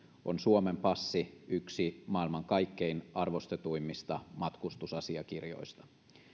on suomen passi yksi maailman kaikkein arvostetuimmista matkustusasiakirjoista